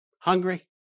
hungry